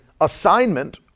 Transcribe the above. assignment